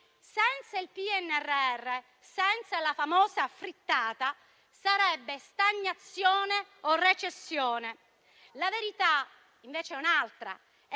Senza il PNRR, senza la famosa frittata, sarebbe stagnazione o recessione. La verità invece è